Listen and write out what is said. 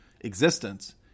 existence